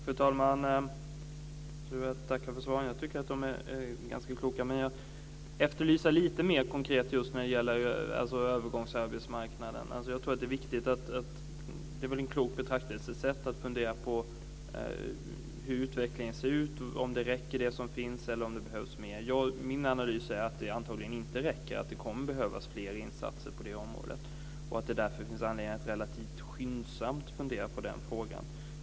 Fru talman! Jag vill tacka för svaren. Jag tycker att de är ganska kloka, men jag efterlyser lite mer konkreta förslag just när det gäller övergångsarbetsmarknaden. Jag tror att det är ett klokt betraktelsesätt att fundera på hur utvecklingen ser ut och om det som finns räcker eller om det behövs mer. Min analys är att det antagligen inte räcker. Det kommer att behövas fler insatser på området. Det finns därför anledning att relativt skyndsamt fundera på den frågan.